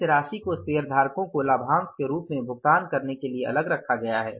इस राशि को शेयरधारकों को लाभांश के रूप में भुगतान करने के लिए अलग रखा गया है